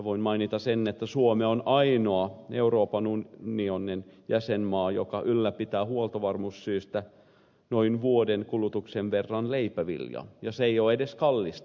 voin mainita sen että suomi on ainoa euroopan unionin jäsenmaa joka ylläpitää huoltovarmuussyistä noin vuoden kulutuksen verran leipäviljavarastoa ja se ei ole edes kallista